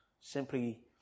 simply